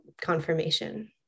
confirmation